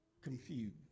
confused